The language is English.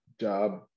job